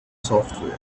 software